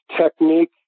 technique